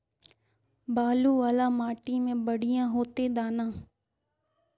बालू वाला माटी में बढ़िया होते दाना?